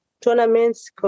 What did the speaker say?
tournaments